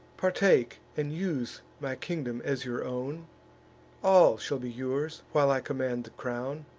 partake and use my kingdom as your own all shall be yours, while i command the crown